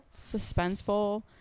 Suspenseful